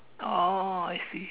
oh